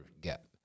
get